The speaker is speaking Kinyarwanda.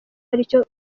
aricyo